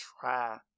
try